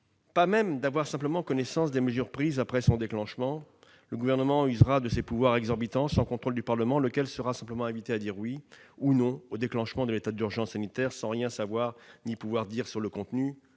ou d'avoir simplement connaissance des mesures prises après son déclenchement. Le Gouvernement usera de ses pouvoirs exorbitants sans contrôle du Parlement, lequel sera simplement invité à dire « oui » ou « non » au déclenchement de l'état d'urgence sanitaire, sans rien savoir de son contenu